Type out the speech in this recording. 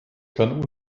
kann